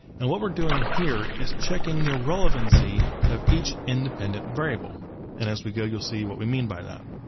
and what we're doing here is checking the relevancy of each independent variable and as we go you'll see what we mean by that.